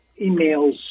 emails